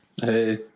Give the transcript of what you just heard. Hey